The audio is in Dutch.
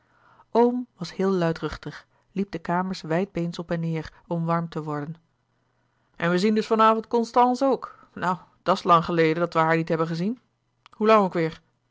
oom was heel luidruchtig liep de kamers wijdbeens op en neêr om warm te worden en we zien dus van avond constance ook nou dat is lang geleden dat we haar niet hebben gezien hoe lang ook weêr